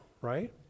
right